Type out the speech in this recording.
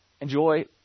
Enjoy